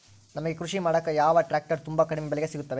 ನಮಗೆ ಕೃಷಿ ಮಾಡಾಕ ಯಾವ ಟ್ರ್ಯಾಕ್ಟರ್ ತುಂಬಾ ಕಡಿಮೆ ಬೆಲೆಗೆ ಸಿಗುತ್ತವೆ?